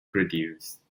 produce